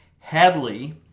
Hadley